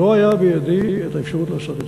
לא הייתה בידי האפשרות לעשות את